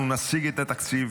אנחנו נשיג את התקציב